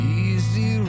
easy